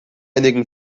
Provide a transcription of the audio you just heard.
einigen